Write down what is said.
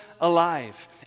alive